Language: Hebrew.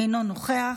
אינו נוכח,